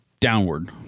downward